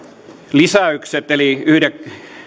lisäykset eli